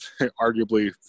arguably